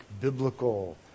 biblical